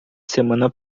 semana